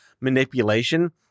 manipulation